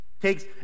takes